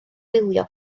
wylio